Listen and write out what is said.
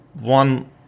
one